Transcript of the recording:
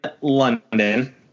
London